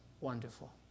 wonderful